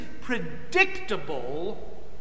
predictable